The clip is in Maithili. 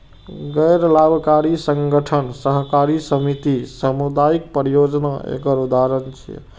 गैर लाभकारी संगठन, सहकारी समिति, सामुदायिक परियोजना एकर उदाहरण छियै